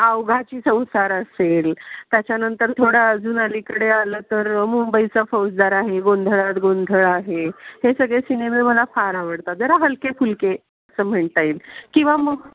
आवघाची संसार असेल त्याच्यानंतर थोडं अजून अलीकडे आलं तर मुंबईचा फौजदार आहे गोंधळात गोंधळ आहे हे सगळे सिनेमे मला फार आवडतात जरा हलके फुलके असं म्हणता येईल किंवा मग